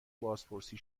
بازپرسی